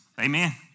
Amen